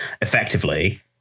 effectively